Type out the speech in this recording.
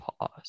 Pause